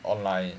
online